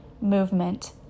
movement